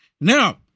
Now